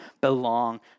belong